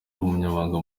umunyamabanga